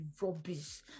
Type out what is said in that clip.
rubbish